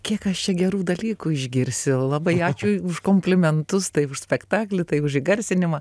kiek aš čia gerų dalykų išgirsiu labai ačiū už komplimentus tai už spektaklį tai už įgarsinimą